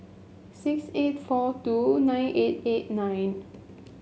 six eight four two nine eight eight nine